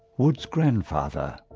wood's grandfather,